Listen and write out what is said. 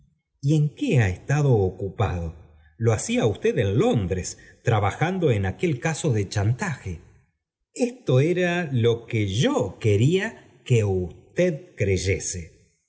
y en qué ha estado ocupado lo hacia á usted en londres trabajando en aquel caso de chantage esto era lo que yo quería que usted creyese